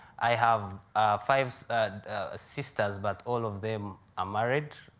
i have five ah sisters, but all of them are married.